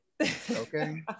Okay